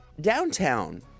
downtown